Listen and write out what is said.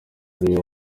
ariwe